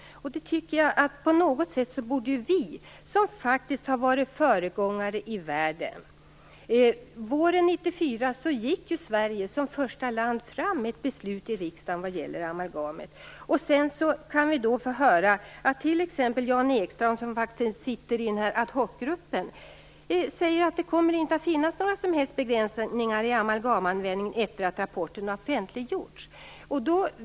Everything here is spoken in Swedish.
Vi har ju faktiskt varit föregångare i världen på det här området. Våren 1994 gick Sverige som första land fram med ett beslut i riksdagen vad gäller amalgamet. Sedan får vi t.ex. höra Jan Ekstrand som sitter i ad hocgruppen säga att det inte kommer att finnas några som helst begränsningar i amalgamanvändningen efter det att rapporten har offentliggjorts.